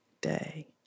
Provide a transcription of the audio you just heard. day